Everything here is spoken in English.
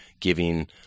giving